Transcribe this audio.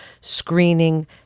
screening